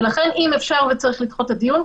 ולכן אם אפשר וצריך לדחות את הדיון,